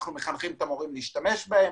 אנחנו מחנכים את המורים להשתמש בהם.